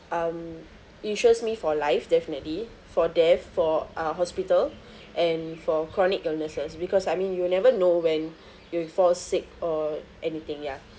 um insures me for life definitely for death for uh hospital and for chronic illnesses because I mean you'll never know when you'll fall sick or anything ya